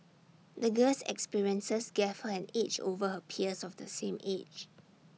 the girl's experiences gave her an edge over her peers of the same age